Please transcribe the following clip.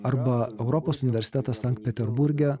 arba europos universitetas sankt peterburge